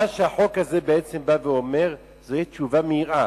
מה שהחוק הזה בעצם בא ואומר זה: תהיה תשובה מיראה.